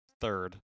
third